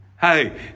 Hey